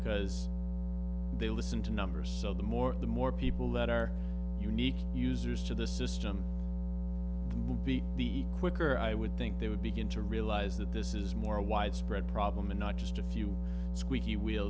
because they listen to numbers so the more the more people that are unique users to the system will be the quicker i would think they would begin to realize that this is more a widespread problem and not just a few squeaky wheel